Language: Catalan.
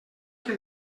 que